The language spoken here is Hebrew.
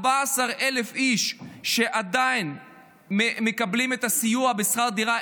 14,000 איש שעדיין מקבלים את הסיוע בשכר דירה,